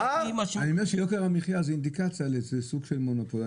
יוקר המחיה זה אינדיקציה, זה סוג של מונופול.